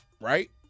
right